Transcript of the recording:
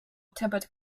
tempered